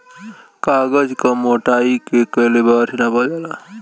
कागज क मोटाई के कैलीबर से नापल जाला